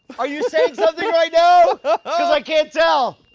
are you saying something right now, because i can't tell.